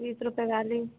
बीस रुपये वाली